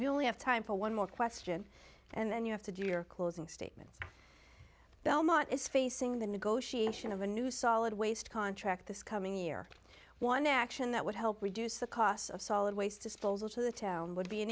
we only have time for one more question and then you have to do your closing statement belmont is facing the negotiation of a new solid waste contract this coming year one action that would help reduce the costs of solid waste disposal to the town would be an